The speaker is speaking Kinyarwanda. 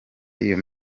iyo